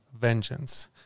vengeance